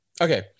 okay